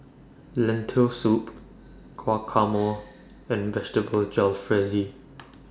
Lentil Soup Guacamole and Vegetable Jalfrezi